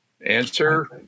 Answer